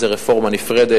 זו רפורמה נפרדת,